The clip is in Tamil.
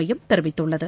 மையம் தெரிவித்துள்ளது